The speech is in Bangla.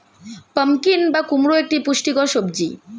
পাম্পকিন বা কুমড়ো একটি পুষ্টিকর সবজি